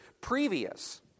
previous